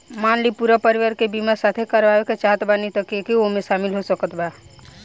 मान ली पूरा परिवार के बीमाँ साथे करवाए के चाहत बानी त के के ओमे शामिल हो सकत बा?